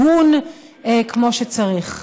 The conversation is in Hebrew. הגון כמו שצריך,